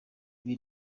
ibi